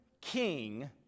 king